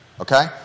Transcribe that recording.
okay